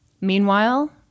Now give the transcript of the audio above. Meanwhile